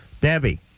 Debbie